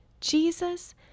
Jesus